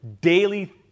daily